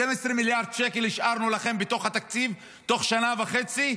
12 מיליארד שקל השארנו לכם בתוך התקציב בתוך שנה וחצי,